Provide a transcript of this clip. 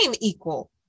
equal